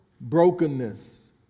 brokenness